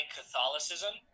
Catholicism